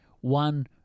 one